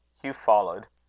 hugh followed.